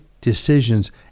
decisions